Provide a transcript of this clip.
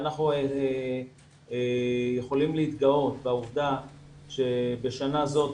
אנחנו יכולים להתגאות בעובדה שבשנה זאת,